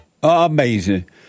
Amazing